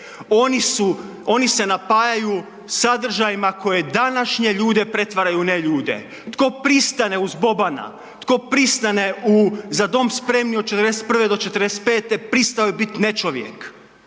oni se napajaju sadržajima koji današnje ljude pretvaraju u neljude. Tko pristane uz Bobana, tko pristane u „Za dom spremni“ od '41. do '45., pristao je bit nečovjek